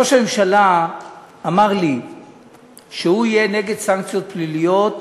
ראש הממשלה אמר לי שהוא יהיה נגד סנקציות פליליות